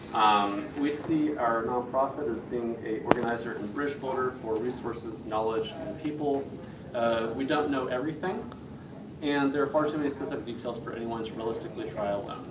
um, we see our non-profit as being organizer and bridge-builder for resources, knowledge and people we don't know everything and there are far too many specific details for anyone to realistically try alone.